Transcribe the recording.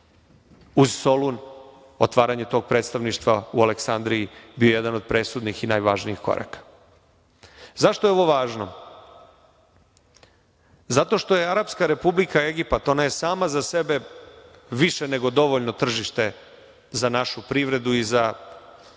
Uz Solun, otvaranje tog predstavništva u Aleksandriji bio je jedan od presudnih i najvažnijih koraka.Zašto je ovo važno? Zato što je Arapska Republika Egipat, ona je sama za sebe više nego dovoljno tržište za našu privredu i za